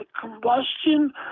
combustion